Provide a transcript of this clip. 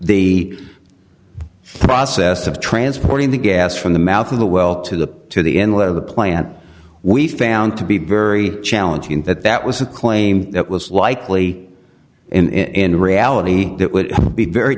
the process of transporting the gas from the mouth of the well to the to the inlet of the plant we found to be very challenging that that was a claim that was likely in reality that would be very